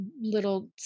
little